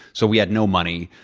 so we had no money.